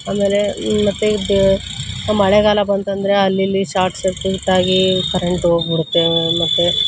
ಆಮೇಲೆ ಮತ್ತು ಇದು ಮಳೆಗಾಲ ಬಂತಂದರೆ ಅಲ್ಲಿ ಇಲ್ಲಿ ಶಾರ್ಟ್ ಸರ್ಕ್ಯೂಟಾಗಿ ಕರೆಂಟ್ ಹೋಗ್ಬಿಡುತ್ತೆ ಮತ್ತೆ